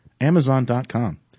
Amazon.com